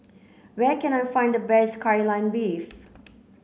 where can I find the best Kai Lan Beef